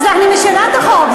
אז אני משאירה את החוק.